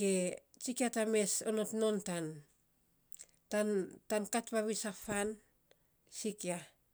ge tsikia ta mes onot non tan tan kat vavis a fan, sikia.